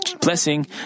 Blessing